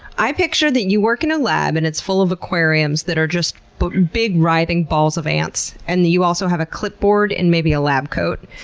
i picture that you work in a lab and it's full of aquariums that are just but big writhing balls of ants. and you also have a clipboard and maybe a lab coat,